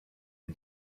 you